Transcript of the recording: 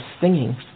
singing